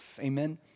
amen